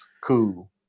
Cool